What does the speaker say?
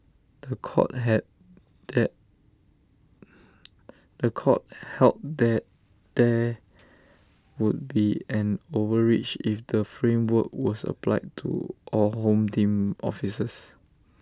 The Court had that The Court held that there would be an overreach if the framework was applied to all home team officers